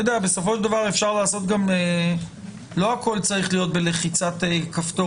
בסופו של דבר לא הכול צריך להיות בלחיצת כפתור